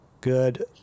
Good